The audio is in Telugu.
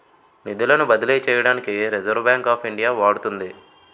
నిధులను బదిలీ చేయడానికి రిజర్వ్ బ్యాంక్ ఆఫ్ ఇండియా వాడుతుంది